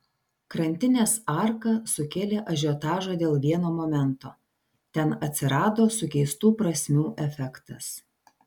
krantinės arka sukėlė ažiotažą dėl vieno momento ten atsirado sukeistų prasmių efektas